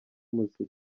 muzika